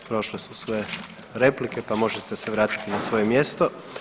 Prošle su sve replike pa možete se vratiti na svoje mjesto.